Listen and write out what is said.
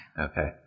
okay